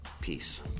Peace